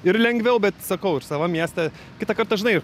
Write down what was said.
ir lengviau bet sakau ir savam mieste kitą kartą žinai